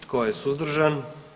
Tko je suzdržan?